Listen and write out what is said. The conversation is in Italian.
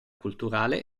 culturale